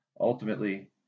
ultimately